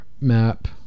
map